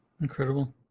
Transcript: incredible